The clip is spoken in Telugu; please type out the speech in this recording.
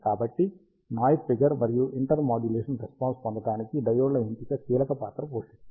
కాబట్టి నాయిస్ ఫిగర్ మరియు ఇంటర్మోడ్యులేషన్ రెస్పాన్స్ పొందడానికి డయోడ్ ల ఎంపిక కీలక పాత్ర పోషిస్తుంది